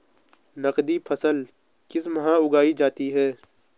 नकदी फसल किस माह उगाई जाती है?